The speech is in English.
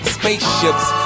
spaceships